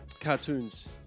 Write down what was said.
Cartoons